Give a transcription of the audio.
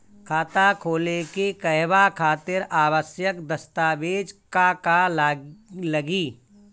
खाता खोले के कहवा खातिर आवश्यक दस्तावेज का का लगी?